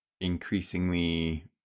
increasingly